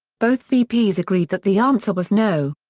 both vps agreed that the answer was no.